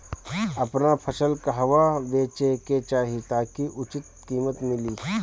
आपन फसल कहवा बेंचे के चाहीं ताकि उचित कीमत मिली?